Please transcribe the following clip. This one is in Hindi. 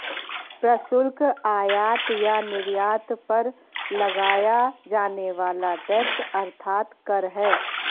प्रशुल्क, आयात या निर्यात पर लगाया जाने वाला टैक्स अर्थात कर है